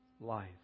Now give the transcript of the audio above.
life